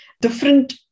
different